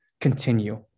continue